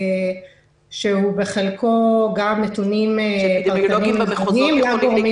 שהוא בחלקו גם נתונים פרטניים במכונים וגם גורמים